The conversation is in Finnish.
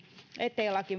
ettei